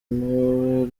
noel